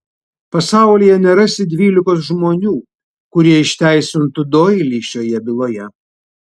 pasaulyje nerasi dvylikos žmonių kurie išteisintų doilį šioje byloje